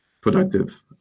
productive